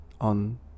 on